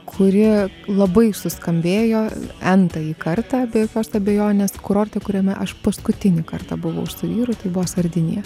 kuri labai suskambėjo entąjį kartą be jokios abejonės kurorte kuriame aš paskutinį kartą buvau su vyru tai buvo sardinija